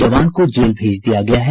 जवान को जेल भेज दिया गया है